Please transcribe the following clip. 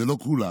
אלה לא כולם,